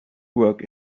work